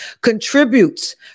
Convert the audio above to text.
contributes